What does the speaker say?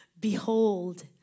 Behold